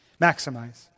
Maximize